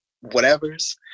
whatever's